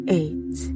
eight